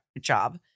job